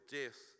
death